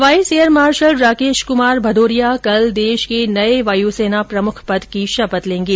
vice air marshal Rakesh Kumar Bhadauria कल देश के नये वायुसेना प्रमुख पद की शपथ लेंगे